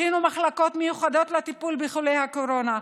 הכינו מחלקות מיוחדות לטיפול בחולי הקורונה,